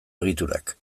egiturak